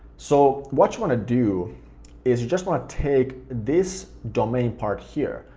so what you want to do is you just want to take this domain part here,